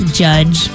judge